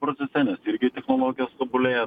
procese nes irgi technologijos tobulėja